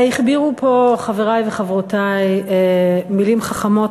הכבירו פה חברי וחברותי מילים חכמות